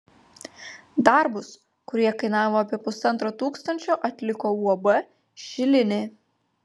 darbus kurie kainavo apie pusantro tūkstančio atliko uab šilinė